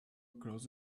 across